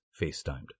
FaceTimed